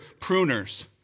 pruners